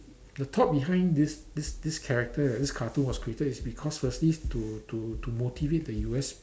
the thought behind this this this character that this cartoon was created is because firstly is to to to motivate the U_S